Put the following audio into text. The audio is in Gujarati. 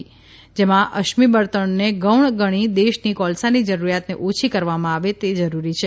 લ જેમાં અશ્મિ બળતણને ગૌણ ગણી દેશની કોલસાની જરૂરિયાતને ઓછી કરવામાં આવે તે જરૂરી છે